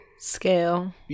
scale